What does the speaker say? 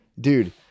dude